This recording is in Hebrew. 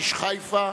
איש חיפה,